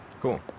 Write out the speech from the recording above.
Cool